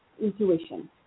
intuition